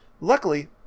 Luckily